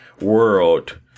world